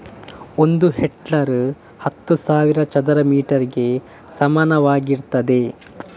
ಒಂದು ಹೆಕ್ಟೇರ್ ಹತ್ತು ಸಾವಿರ ಚದರ ಮೀಟರ್ ಗೆ ಸಮಾನವಾಗಿರ್ತದೆ